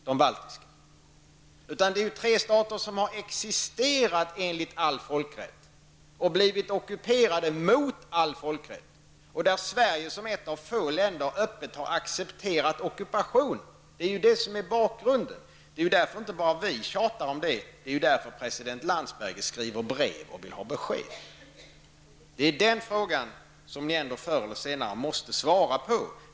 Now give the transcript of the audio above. Det är fråga om tre stater som har existerat enligt all folkrätt och blivit ockuperade mot all folkrätt. Där har Sverige som ett av få länder öppet accepterat ockupation. Det är det som är bakgrunden, och det är därför vi tjatar. Det är därför som president Landsbergis skriver brev och vill ha besked. Det är den frågan som regeringen förr eller senare måste svara på.